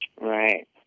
Right